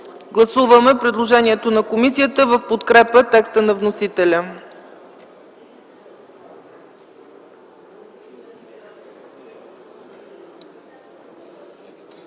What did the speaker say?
Гласуваме предложението на комисията в подкрепа текста на вносителя.